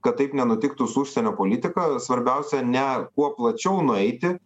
kad taip nenutiktų su užsienio politika svarbiausia ne kuo plačiau nueiti